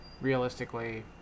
Realistically